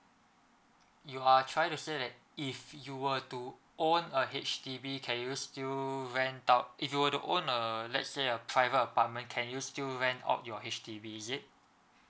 you are trying to say that if you were to own a H_D_B can you still rent out if you were uh to own uh let's say a private apartment can you still rent out your H_D_B is it